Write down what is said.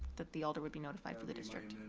that the alder would be notified for the district.